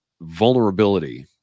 vulnerability